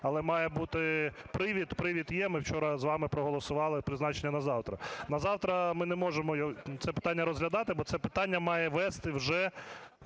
Але має бути привід. Привід є, ми вчора з вами проголосували призначення на завтра. На завтра ми не можемо це питання розглядати, бо це питання має вести вже